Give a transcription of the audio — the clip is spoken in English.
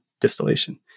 distillation